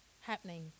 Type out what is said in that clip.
happening